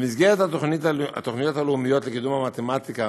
במסגרת התוכניות הלאומיות לקידום המתמטיקה,